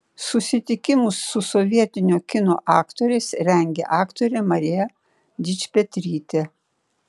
susitikimus su sovietinio kino aktoriais rengė aktorė marija dičpetrytė